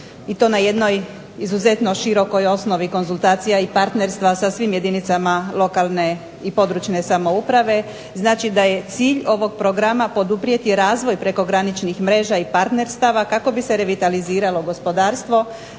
i to na jednoj izuzetno širokoj osnovi konzultacija i partnerstva sa svim jedinicama lokalne i područne samouprave. Znači, da je cilj ovog programa poduprijeti razvoj prekograničnih mreža i partnerstava kako bi se revitaliziralo gospodarstvo,